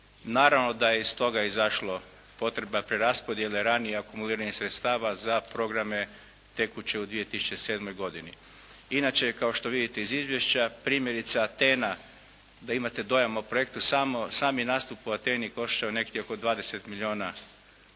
Naravno da je iz toga izašla potreba preraspodjele ranije akumuliranih sredstava za programe tekuće u 2007. godini. Inače, kao što vidite iz izvješća primjerice Atena da imate dojam o projektu sami nastup u Ateni koštao je negdje oko 20 milijuna kuna,